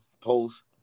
Post